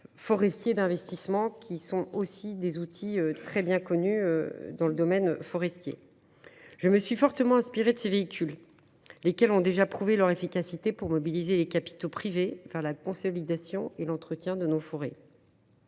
forestiers d’investissement (GFI), qui constituent des outils très bien connus dans le domaine forestier. Je me suis inspirée de ces véhicules, qui ont déjà prouvé leur efficacité pour mobiliser des capitaux privés vers la consolidation et l’entretien de nos forêts.